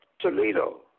Toledo